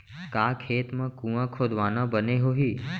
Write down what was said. का खेत मा कुंआ खोदवाना बने होही?